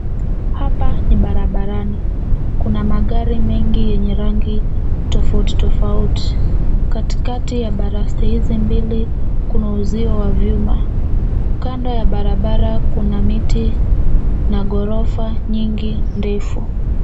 Hapa ni barabarani. Kuna magari mengi yenye rangi tofauti tofauti. Katikati ya baraste hizi mbili, kuna uzio wa vyuma. Kando ya barabara kuna miti na ghorofa nyingi ndefu.